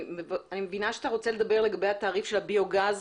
אני מבינה שאתה רוצה לדבר לגבי התעריף של הביוגז.